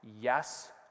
Yes